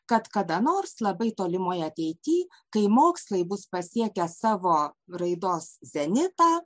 kad kada nors labai tolimoj ateity kai mokslai bus pasiekę savo raidos zenitą